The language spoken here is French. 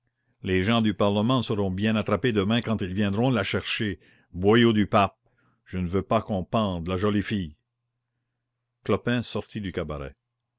les gens du parlement seront bien attrapés demain quand ils viendront la chercher boyaux du pape je ne veux pas qu'on pende la jolie fille clopin sortit du cabaret